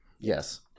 yes